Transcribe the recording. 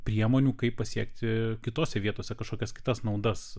priemonių kaip pasiekti kitose vietose kažkokias kitas naudas